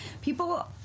People